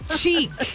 cheek